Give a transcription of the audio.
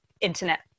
internet